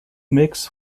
mix